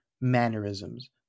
mannerisms